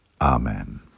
Amen